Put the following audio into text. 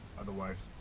Otherwise